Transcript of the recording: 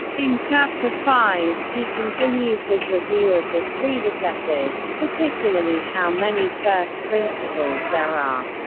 in chapter five, he continues his review of his predecessors, particularly how many first principles there are.